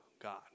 God